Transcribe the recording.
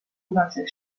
kunagise